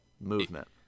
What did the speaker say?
movement